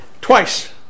twice